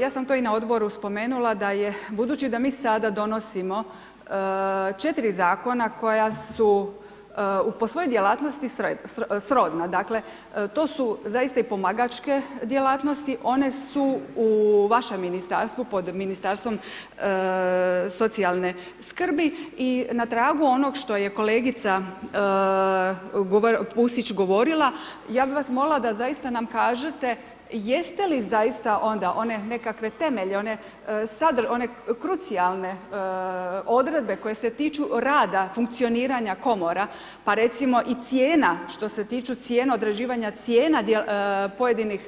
Ja sam to i na Odboru spomenula da je, budući da mi sada donosimo 4 Zakona koja su po svojoj djelatnosti srodna, dakle, to su zaista i pomagačke djelatnosti, one su u vašem Ministarstvu pod Ministarstvom socijalne skrbi i na tragu onog što je kolegica Pusić govorila, ja bih vas molila da zaista nam kažete jeste li zaista onda one nekakve temelje, one krucijalne odredbe koje se tiču rada, funkcioniranja Komora, pa recimo i cijena, što se tiču cijena, određivanja cijena pojedinih